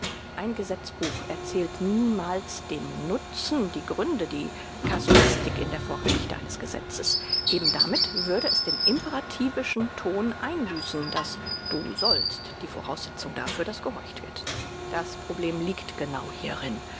ein gesetzbuch erzählt niemals den nutzen die gründe die casuistik in der vorgeschichte eines gesetzes eben damit würde es den imperativischen ton einbüßen das du sollst die voraussetzung dafür daß gehorcht wird das problem liegt genau hierin